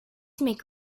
make